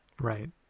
Right